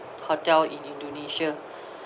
hotel in indonesia